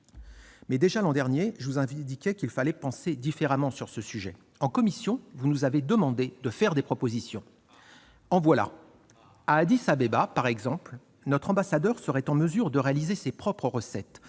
Déjà l'an dernier, je vous indiquais qu'il fallait penser différemment sur le sujet. En commission, vous nous avez demandé de faire des propositions. En voici : à Addis-Abeba, par exemple, notre ambassadeur serait en mesure de réaliser ses propres recettes